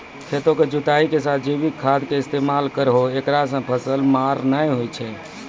खेतों के जुताई के साथ जैविक खाद के इस्तेमाल करहो ऐकरा से फसल मार नैय होय छै?